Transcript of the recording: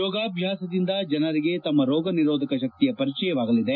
ಯೋಗಾಭ್ಯಾಸದಿಂದ ಜನರಿಗೆ ತಮ್ಮ ರೋಗನಿರೋಧಕ ಶಕ್ತಿಯ ಪರಿಚಯವಾಗಲಿದೆ